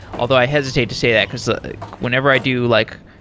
although i hesitate to say that, because ah whenever i do like,